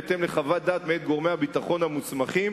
בהתאם לחוות דעת מאת גורמי הביטחון המוסמכים,